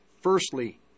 firstly